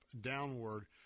downward